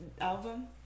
album